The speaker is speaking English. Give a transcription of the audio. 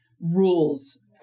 rules